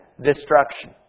destruction